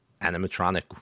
animatronic